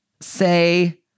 Say